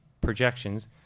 projections